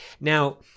now